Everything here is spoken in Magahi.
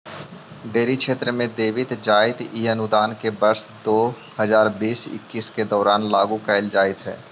डेयरी क्षेत्र में देवित जाइत इ अनुदान के वर्ष दो हज़ार बीस इक्कीस के दौरान लागू कैल जाइत हइ